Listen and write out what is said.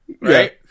Right